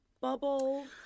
bubble